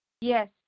Yes